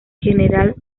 general